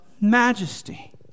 majesty